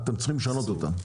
אתם צריכים לשנות אותם,